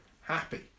happy